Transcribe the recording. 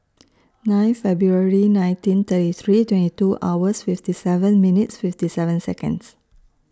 nine February nineteen thirty three twenty two hours fifty seven minutes fifty seven Seconds